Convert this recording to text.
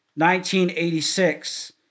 1986